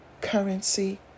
currency